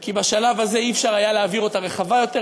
היא כי בשלב הזה אי-אפשר היה להעביר הצעה רחבה יותר,